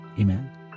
Amen